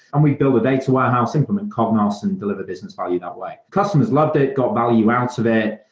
and we built a data warehouse, implement cognos and delivery business value that way. customers loved it. got value out of it,